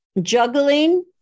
juggling